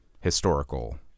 historical